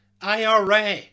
IRA